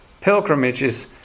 pilgrimages